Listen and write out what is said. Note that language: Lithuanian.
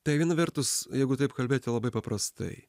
tai viena vertus jeigu taip kalbėti labai paprastai